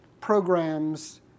programs